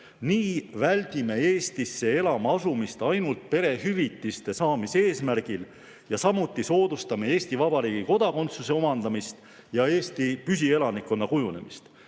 Nii väldime Eestisse elama asumist ainult perehüvitiste saamise eesmärgil, samuti soodustame Eesti Vabariigi kodakondsuse omandamist ja Eesti püsielanikkonna kujunemist.